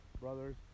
brothers